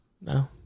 No